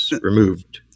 removed